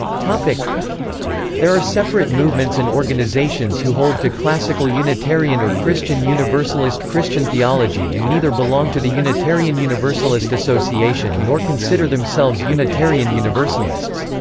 like there are separate movements and organizations who hold to classical unitarian or christian universalist christian theology and neither belong to the unitarian universalist association nor consider themselves unitarian universalists.